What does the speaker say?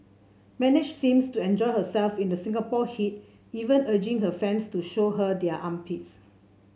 manage seems to enjoy herself in the Singapore heat even urging her fans to show her their armpits